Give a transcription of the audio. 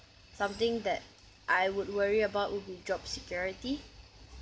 something that I would worry about would be job security